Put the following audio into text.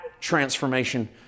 transformation